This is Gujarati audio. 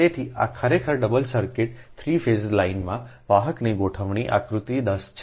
તેથી આ ખરેખર ડબલ સર્કિટ 3 ફેઝ લાઇનમાં વાહકની ગોઠવણી આકૃતિ 10 છે